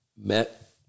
met